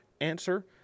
Answer